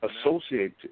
associated